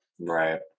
Right